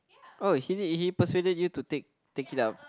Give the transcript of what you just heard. oh he did he persuaded you to take take it up